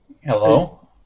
Hello